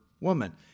woman